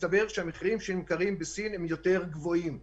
מסתבר שהמחירים שנמכרים בסין גבוהים יותר.